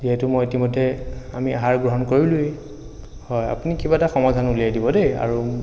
যিহেতু মই ইতিমধ্যে আমি আহাৰ গ্ৰহণ কৰিলোঁৱেই হয় আপুনি কিবা এটা সমাধান উলিয়াই দিব দেই আৰু